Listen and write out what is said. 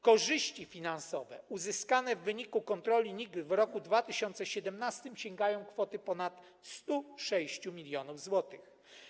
Korzyści finansowe uzyskane w wyniku kontroli NIK w roku 2017 sięgają kwoty ponad 106 mln zł.